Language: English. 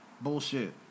Bullshit